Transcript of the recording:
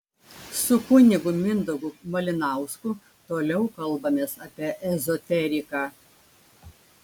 su kunigu mindaugu malinausku toliau kalbamės apie ezoteriką